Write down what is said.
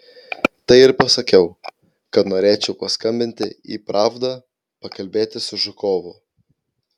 tai ir pasakiau kad norėčiau paskambinti į pravdą pakalbėti su žukovu